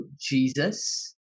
Jesus